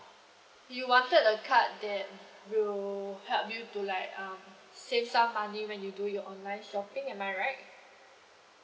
you wanted a card that will help you to like um save some money when you do your online shopping am I right